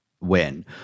win